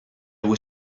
were